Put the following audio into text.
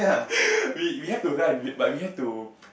we have to run but we have to